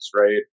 right